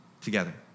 together